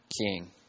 king